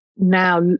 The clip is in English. now